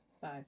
five